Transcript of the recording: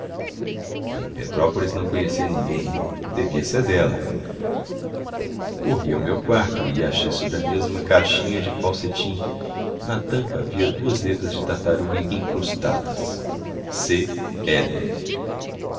em petrópolis não conhecia ninguém devia ser dela corri ao meu quarto e achei sobre a mesa uma caixinha de pau cetim na tampa havia duas letras de tartaruga incrustadas